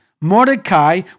Mordecai